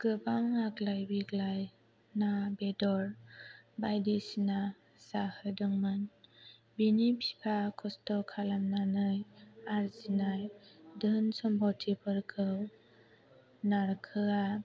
गोबां आग्लाय बिग्लाय ना बेदर बायदिसिना जाहोदोंमोन बिनि बिफा खसथ' खालामनानै आरजिनाय धोन समफथिफोरखौ नारखोआ